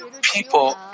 people